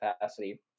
capacity